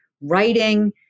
writing